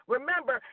Remember